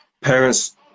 parents